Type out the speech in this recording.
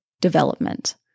development